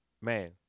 man